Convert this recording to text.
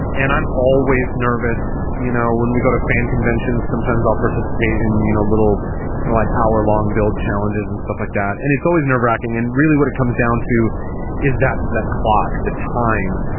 and i'm always nervous. you know, when we go to fan conventions, sometimes i'll participate in, you know, little like our long build challenges and stuff like that. and it's always nerve racking. and really what it comes down to is that that clock the time,